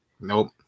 Nope